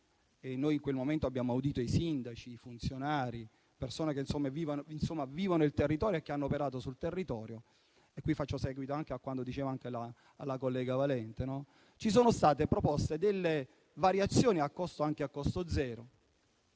in Commissione e abbiamo sentito i sindaci, i funzionari, persone che vivono il territorio e hanno operato sul territorio. Qui faccio seguito anche a quanto diceva la collega Valente: sono state proposte delle variazioni anche a costo zero,